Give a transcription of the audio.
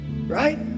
right